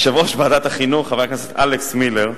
יושב-ראש ועדת החינוך, חבר הכנסת אלכס מילר.